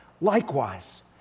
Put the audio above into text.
Likewise